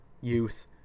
youth